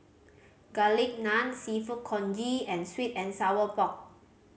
Garlic Naan Seafood Congee and sweet and sour pork